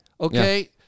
Okay